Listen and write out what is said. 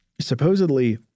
Supposedly